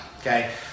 okay